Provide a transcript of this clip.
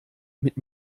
mit